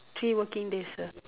three working days sir